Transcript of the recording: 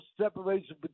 separation